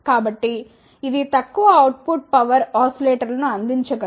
కాబట్టి ఇది తక్కువ అవుట్ పుట్ పవర్ ఓసిలేటర్లను అందించగలదు